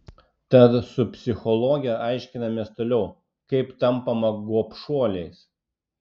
tad su psichologe aiškinamės toliau kaip tampama gobšuoliais